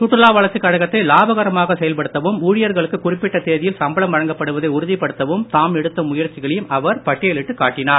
சுற்றுலா வளர்ச்சிக் கழகத்தை லாபகரமாக செயல்படுத்தவும் ஊழியர்களுக்கு குறிப்பிட்ட தேதியில் சம்பளம் வழங்கப்படுவதை உறுதிப்படுத்தவும் தாம் எடுத்த முயற்சிகளையும் அவர் பட்டியலிட்டுக் காட்டினார்